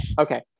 okay